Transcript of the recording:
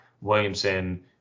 Williamson